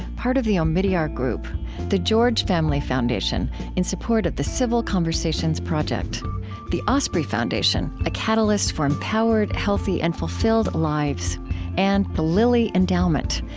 part of the omidyar group the george family foundation, in support of the civil conversations project the osprey foundation a catalyst for empowered, healthy, and fulfilled lives and the lilly endowment,